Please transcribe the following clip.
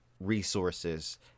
resources